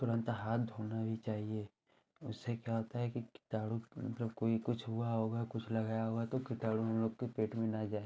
तुरन्त हाथ धोना भी चाहिए उससे क्या होता है कि कीटाणु मतलब कोई कुछ हुआ होगा कुछ लगाया होगा तो कीटाणु उन लोग के पेट में न जाए